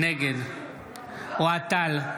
נגד אוהד טל,